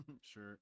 Sure